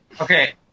Okay